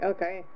Okay